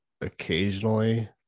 occasionally